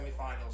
semifinals